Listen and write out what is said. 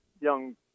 young